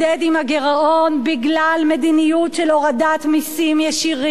הגירעון בגלל מדיניות של הורדת מסים ישירים,